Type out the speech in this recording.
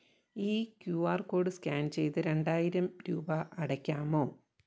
ഈ Q R code scan ചെയ്ത് രണ്ടായിരം രൂപ അടയ്ക്കാമോ